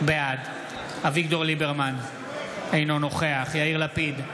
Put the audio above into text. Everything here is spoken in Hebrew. בעד אביגדור ליברמן, אינו נוכח יאיר לפיד,